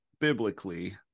biblically